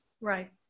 Right